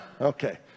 Okay